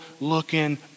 looking